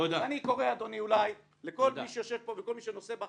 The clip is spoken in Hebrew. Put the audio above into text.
תודה אדוני היושב ראש.